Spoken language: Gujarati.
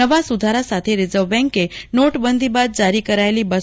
નવા સુધારા સાથે રિઝર્વ બેંકે નોટબંધી બાદ જારી કરાયેલી રૂા